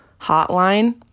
hotline